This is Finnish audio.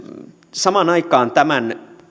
samaan aikaan tämän